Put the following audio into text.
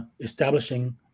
establishing